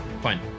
Fine